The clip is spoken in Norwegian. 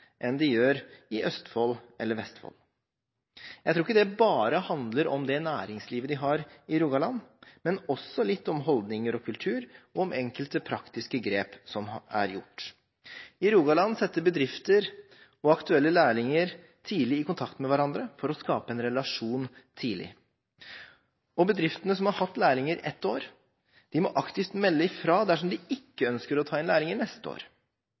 enn de gjør i Østfold eller i Vestfold. Jeg tror ikke det bare handler om det næringslivet de har i Rogaland, men også litt om holdninger og kultur og om enkelte praktiske grep som er gjort. I Rogaland settes bedrifter og aktuelle lærlinger tidlig i kontakt med hverandre for å skape en relasjon tidlig, og bedriftene som har hatt lærlinger et år, må aktivt melde fra dersom de ikke ønsker å ta inn lærlinger neste år.